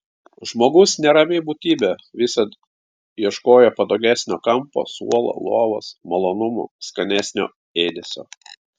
žmogus nerami būtybė visad ieškojo patogesnio kampo suolo lovos malonumų skanesnio ėdesio